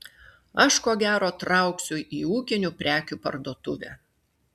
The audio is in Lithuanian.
aš ko gero trauksiu į ūkinių prekių parduotuvę